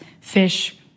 fish